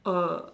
uh